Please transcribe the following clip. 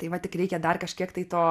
tai va tik reikia dar kažkiek tai to